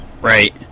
Right